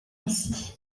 ainsi